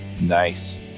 Nice